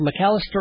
McAllister